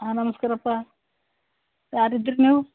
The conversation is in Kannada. ಹಾಂ ನಮಸ್ಕಾರಪ್ಪ ಯಾರು ಇದ್ದಿರಿ ನೀವು